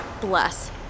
Bless